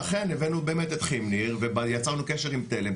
ואכן הבאנו באמת את כימניר ויצרנו קשר עם תלם,